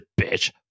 bitch